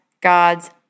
God's